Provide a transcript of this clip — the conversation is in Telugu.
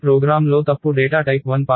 ఈ ప్రోగ్రాం లో తప్పు డేటా టైప్ 1